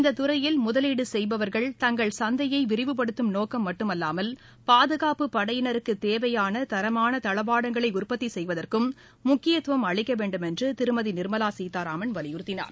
இந்தத் துறையில் முதலீடு செய்பவர்கள் தங்கள் சந்தையை விரிவுபடுத்தும் நோக்கம் மட்டுமல்லாமல் பாதுகாப்பு படையினருக்குத் தேவையான தரமான தளவாடங்களை உற்பத்தி செய்வதற்கு முக்கியத்துவம் அளிக்க வேண்டும் என்றும் திருமதி நிர்மலா சீதாராமன் வலியுறுத்தினார்